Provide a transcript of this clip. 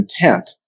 intent